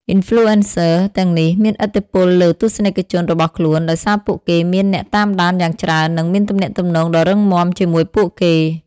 Influencers ទាំងនេះមានឥទ្ធិពលលើទស្សនិកជនរបស់ខ្លួន ដោយសារពួកគេមានអ្នកតាមដានយ៉ាងច្រើន និងមានទំនាក់ទំនងដ៏រឹងមាំជាមួយពួកគេ។